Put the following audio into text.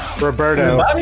Roberto